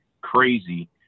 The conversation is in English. crazy